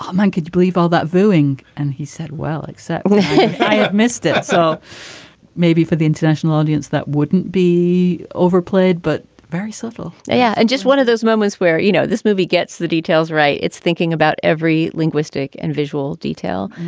um monkeyed you believe all that booing. and he said, well. like so i missed it. so maybe for the international audience, that wouldn't be. he overplayed, but very subtle yeah, and just one of those moments where, you know, this movie gets the details right. it's thinking about every linguistic and visual detail,